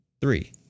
Three